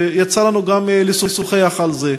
ויצא לנו גם לשוחח על זה: